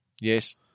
Yes